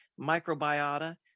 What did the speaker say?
microbiota